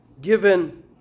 given